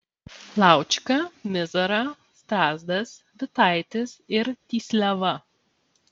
laučka mizara strazdas vitaitis ir tysliava